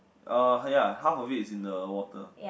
uh ya half of it is in the water